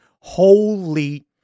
holy